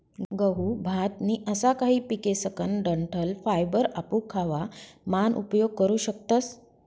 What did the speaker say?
गहू, भात नी असा काही पिकेसकन डंठल फायबर आपू खावा मान उपयोग करू शकतस